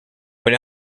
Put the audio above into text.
when